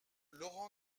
laurent